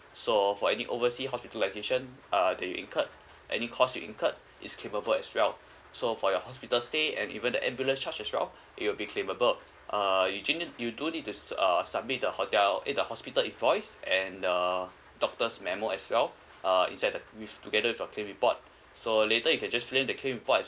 so for any overseas hospitalisation uh that you incurred any cost you incurred is claimable as well so for your hospital stay and even the ambulance charge as well it will be claimable uh you jing~ you do need to uh submit the hotel eh the hospital invoice and the doctor's memo as well uh inside the which together with your claim report so later you can just show them the claim report